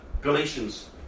Galatians